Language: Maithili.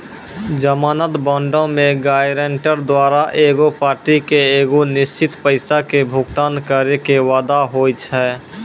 जमानत बांडो मे गायरंटर द्वारा एगो पार्टी के एगो निश्चित पैसा के भुगतान करै के वादा होय छै